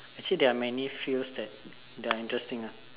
actually there are many fields that that are interesting ah